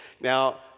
Now